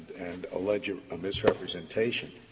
and allege and a misrepresentation,